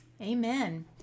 Amen